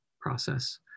process